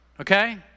okay